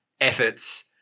efforts